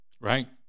Right